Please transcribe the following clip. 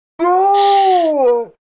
no